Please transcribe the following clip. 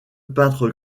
peintre